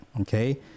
Okay